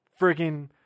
freaking